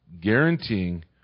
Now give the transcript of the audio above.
guaranteeing